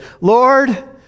Lord